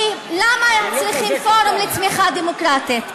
למה הם צריכים פורום לצמיחה דמוגרפית?